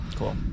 cool